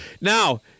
now –